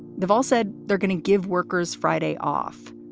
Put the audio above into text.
they've all said they're going to give workers friday off.